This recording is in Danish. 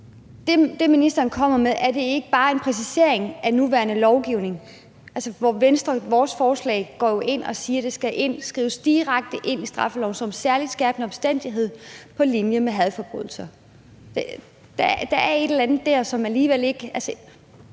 det, ministeren kommer med, ikke bare en præcisering af den nuværende lovgivning, hvor vores forslag, altså Venstres forslag, siger, at det skal skrives direkte ind i straffeloven som en særlig skærpende omstændighed på linje med hadforbrydelser? Der er et eller andet der, og jeg kunne